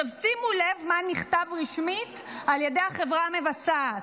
עכשיו שימו לב מה נכתב רשמית על ידי החברה המבצעת: